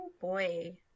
Boy